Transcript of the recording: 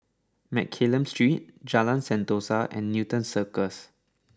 Mccallum Street Jalan Sentosa and Newton Cirus